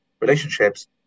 relationships